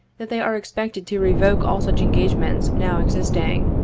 that they are expected to revoke all such engagements now existing,